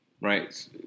right